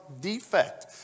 defect